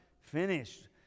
finished